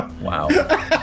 Wow